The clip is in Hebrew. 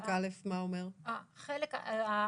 מה אומר חלק א'?